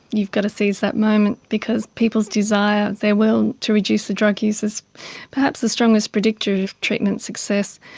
you've got to seize that moment, because people's desire, their will to reduce the drug use is perhaps the strongest predictor of treatment success.